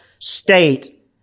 state